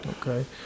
okay